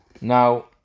Now